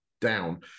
down